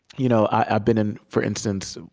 you know i've been in, for instance,